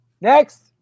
Next